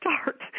start